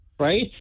Right